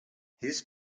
his